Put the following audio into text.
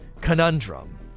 conundrum